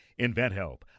InventHelp